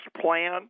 plan